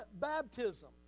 baptism